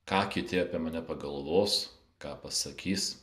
ką kiti apie mane pagalvos ką pasakys